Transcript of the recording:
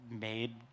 made